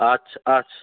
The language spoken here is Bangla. আচ্ছা আচ্ছা